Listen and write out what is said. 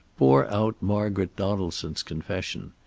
bore out margaret donaldson's confession.